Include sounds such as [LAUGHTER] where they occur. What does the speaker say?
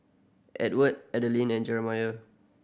Edward Adalyn and [UNINTELLIGIBLE]